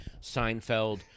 Seinfeld